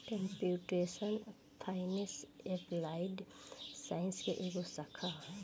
computational finance applied science के एगो शाखा ह